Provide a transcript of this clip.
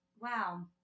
wow